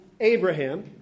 Abraham